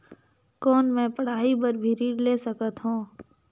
कौन मै पढ़ाई बर भी ऋण ले सकत हो?